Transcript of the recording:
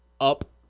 up